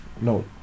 No